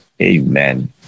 Amen